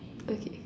okay